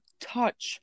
touch